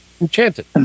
Enchanted